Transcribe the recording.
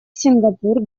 сингапур